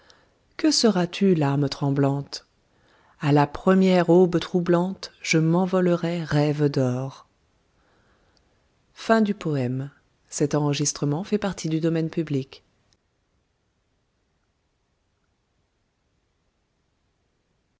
que seras-tu larme tremblante a la première aube troublante je m'envolerai rêve d'or